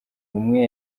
umwe